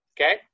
okay